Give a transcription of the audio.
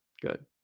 Good